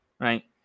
right